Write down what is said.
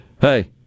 Hey